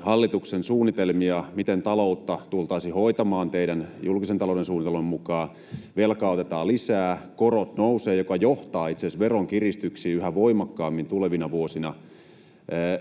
hallituksen suunnitelmia, miten taloutta tultaisiin hoitamaan teidän julkisen talouden suunnitelmanne mukaan — velkaa otetaan lisää, ja korot nousevat, mikä johtaa itse asiassa veronkiristyksiin yhä voimakkaammin tulevina vuosina —